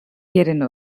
yerine